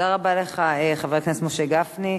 תודה רבה לך, חבר הכנסת משה גפני.